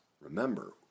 remember